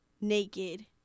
naked